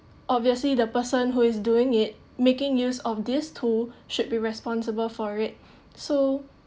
obviously the person who is doing it making use of this tool should be responsible for it so